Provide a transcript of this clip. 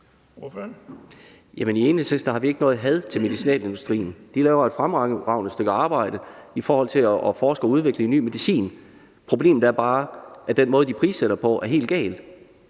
i Enhedslisten har vi ikke noget had til medicinalindustrien. De laver et fremragende stykke arbejde i forhold til at forske og udvikle ny medicin. Problemet er bare, at den måde, de prissætter på, er helt gal.